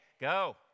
go